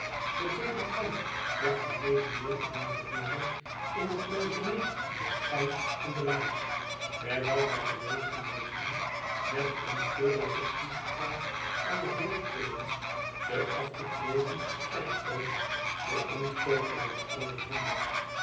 den predikant werd een dejeuner aangeboden in het logement de geit en de laars bij welke gelegenheid hem met een keurige toespraak van den heer gubbins den afgetreden kerkvoogd de inktkoker werd overhandigd